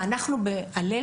ואנחנו בעל״ה,